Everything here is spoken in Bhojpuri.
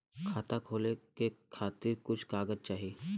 खाता खोले के खातिर कुछ कागज चाही?